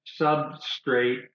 substrate